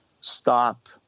stop